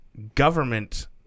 government